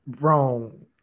wrong